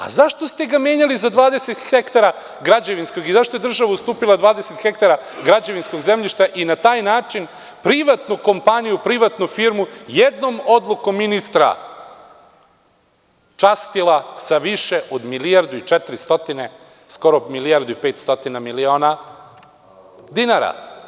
A zašto ste ga menjali za 20 hektara građevinskog izašto je država ustupila 20 hektara građevinskog zemljišta i na taj način privatnu kompaniju, privatnu firmu jednom odlukom ministra častila sa više od milijardu i 400, skoro milijardu i 500 miliona dinara?